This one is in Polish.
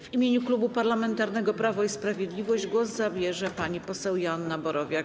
W imieniu Klubu Parlamentarnego Prawo i Sprawiedliwość głos zabierze pani poseł Joanna Borowiak.